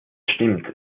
stimmt